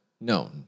no